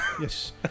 Yes